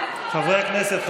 חברי הכנסת,